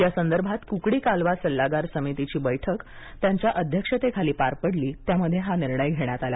यासंदर्भात कुकडी कालवा सल्लागार समितीची बैठक पाटील यांच्या अध्यक्षतेखाली पार पडली त्यामध्ये हा निर्णय घेण्यात आला